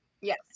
Yes